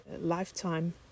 lifetime